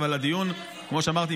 כמו שאמרתי,